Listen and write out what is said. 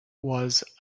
was